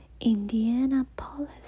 Indianapolis